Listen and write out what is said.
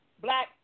black